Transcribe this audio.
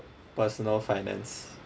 personal finance